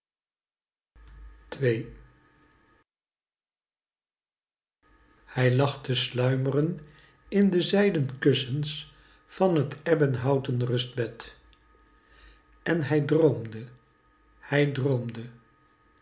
hij lag te sluimren in de zijden kussens van t ebbenhouten rustbed en hij droomde hij droomde